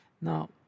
Now